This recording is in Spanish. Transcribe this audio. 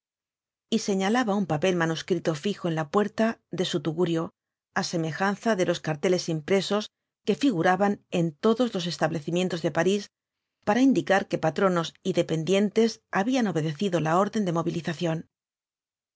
y señalaba un papel manuscrito fijo en la puerta de su tugurio á semejanza de los carteles impresos que figuraban en todos los establecimientos de parís para indicar que patronos y dependientes habían obedecido la orden de movilización